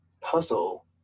puzzle